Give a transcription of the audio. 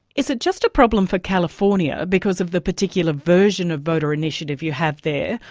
is it just a problem for california because of the particular version of voter initiative you have there,